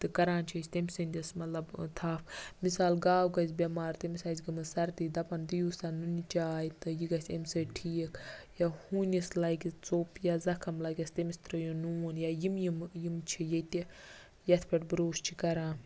تہٕ کَران چھِ أسۍ تٔمۍ سٕنٛدِس مَطلَب تَھپ مِثال گاو گَژھہِ بٮ۪مار تٔمِس آسہِ گٔمٕژ سَردی دَپان دِیو سا نُنہِ چاے تہٕ یہِ گَژھ امہ سۭتۍ ٹھیک یا ہُونِس لَگہِ ژوٚپ یا زَخٕم لَگیٚس تٔمِس ترٛٲیو نون یا یِم یِم یِم چھ ییٚتہِ یِتھ پٮ۪ٹھ بروسہٕ چھ کَران